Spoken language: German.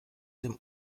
dem